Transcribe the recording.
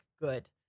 good